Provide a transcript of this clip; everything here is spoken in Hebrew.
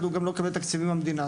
אחרת הוא לא מקבל תקציבים מהמדינה.